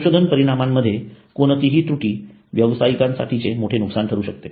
संशोधन परिणामांमध्ये कोणतीही त्रुटी व्यवसायासाठीचे मोठे नुकसान ठरू शकते